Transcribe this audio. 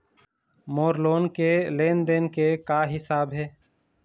मोर loan के लेन देन के का हिसाब हे?